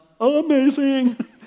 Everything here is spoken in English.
amazing